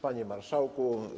Panie Marszałku!